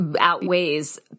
outweighs